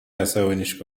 عصبانیش